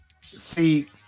See